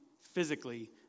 physically